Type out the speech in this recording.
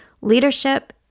leadership